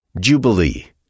jubilee